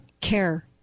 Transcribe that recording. care